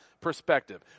perspective